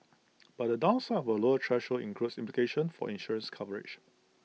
but the downside of A lower threshold includes implications for insurance coverage